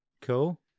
cool